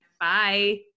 Bye